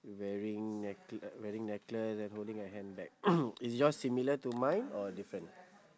wearing neckla~ wearing necklace then holding a handbag is yours similar to mine or different